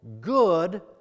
good